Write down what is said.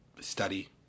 Study